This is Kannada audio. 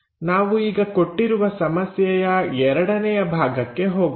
ನಾವು ಈಗ ಕೊಟ್ಟಿರುವ ಸಮಸ್ಯೆಯ ಎರಡನೆಯ ಭಾಗಕ್ಕೆ ಹೋಗೋಣ